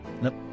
Nope